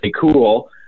cool